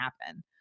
happen